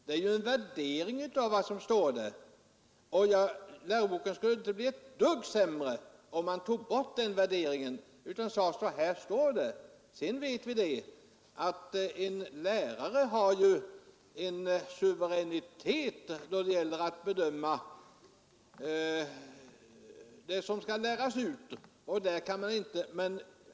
Det är också en värdering av vad som står i Bibeln, och inte heller den boken skulle bli ett dugg sämre om den värderingen togs bort och man bara talade om att det står så i Bibeln. Vi vet att lärarna har suveränitet att bedöma vad som skall läras ut.